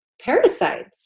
parasites